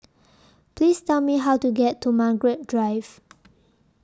Please Tell Me How to get to Margaret Drive